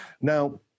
Now